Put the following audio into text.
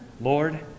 Lord